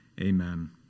amen